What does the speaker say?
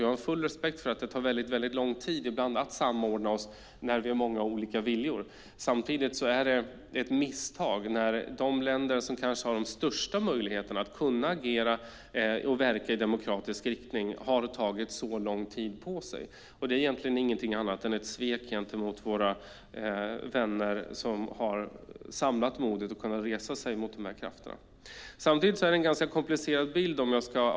Jag har full respekt för att det ibland tar mycket lång tid att samordna oss när vi har många olika viljor. Samtidigt är det ett misstag när de länder som kanske har de största möjligheterna att agera och verka i demokratisk riktning har tagit så lång tid på sig. Det är inget annat än ett svek mot våra vänner som har samlat mod och rest sig mot dessa krafter. Samtidigt är det en ganska komplicerad bild man får i debatten här.